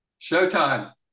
Showtime